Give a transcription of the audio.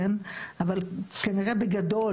אבל כנראה בגדול,